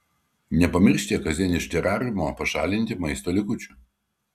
nepamirškite kasdien iš terariumo pašalinti maisto likučių